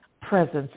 presence